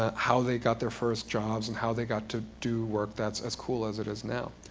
ah how they got their first jobs and how they got to do work that's as cool as it is now.